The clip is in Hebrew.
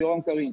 יורם קרין,